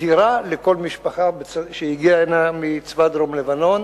דירה לכל משפחה שהגיעה הנה מצבא דרום-לבנון.